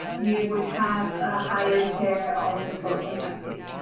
you would have a higher share of installed capacity.